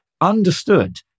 understood